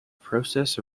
process